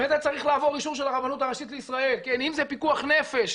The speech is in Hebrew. וזה צריך לעבור אישור של הרבנות הראשית לישראל אם זה פיקוח נפש,